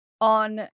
on